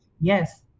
yes